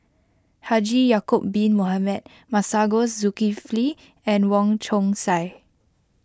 Haji Ya'Acob Bin Mohamed Masagos Zulkifli and Wong Chong Sai